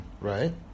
Right